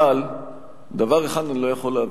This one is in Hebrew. אבל דבר אחד אני לא יכול להבין: